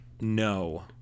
No